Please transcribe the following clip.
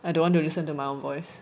I don't want to listen to own voice